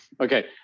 Okay